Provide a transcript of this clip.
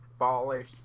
fallish